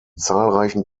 zahlreichen